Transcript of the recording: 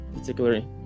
particularly